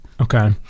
Okay